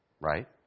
Right